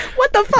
what the fuck!